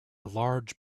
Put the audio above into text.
large